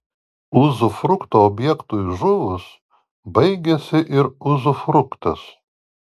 uzufrukto objektui žuvus baigiasi ir uzufruktas